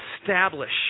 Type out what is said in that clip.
establish